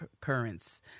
currents